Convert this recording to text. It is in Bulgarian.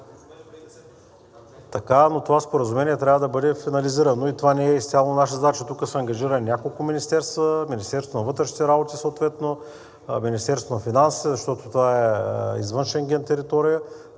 това споразумение трябва да бъде финализирано и това не е изцяло наша задача. Тук са ангажирани няколко министерства: Министерството на вътрешните работи съответно, Министерството на финансите, защото това е територия